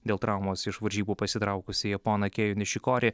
dėl traumos iš varžybų pasitraukusį japoną kei nišikori